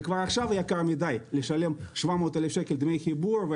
כי כבר עכשיו יקר מדי לשלם 700,000 שקל דמי חיבור,